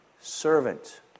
servant